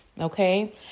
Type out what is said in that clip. okay